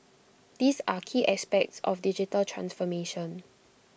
these are key aspects of digital transformation